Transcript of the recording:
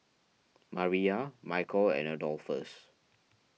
Mariyah Micheal and Adolphus